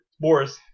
Boris